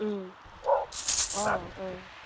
ꯎꯝ ꯑꯥ ꯑꯥ